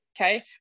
okay